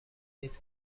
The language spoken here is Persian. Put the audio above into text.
لیتر